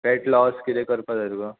fat loss कितें करपा जाय तुका